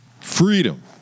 Freedom